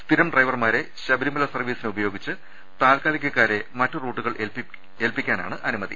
സ്ഥിരം ഡ്രൈവർമാരെ ശബ രിമല സർവ്വീസിന് ഉപയോഗിച്ച് താൽക്കാലികക്കാരെ മറ്റ് റൂട്ടുകൾ ഏൽപ്പിക്കാനാണ് അനുമതി